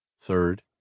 Third